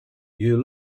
you